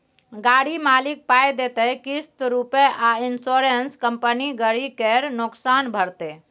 गाड़ी मालिक पाइ देतै किस्त रुपे आ इंश्योरेंस कंपनी गरी केर नोकसान भरतै